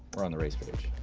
we're on the race page.